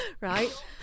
right